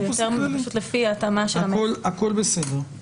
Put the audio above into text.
הכול בסדר,